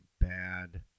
bad